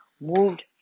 moved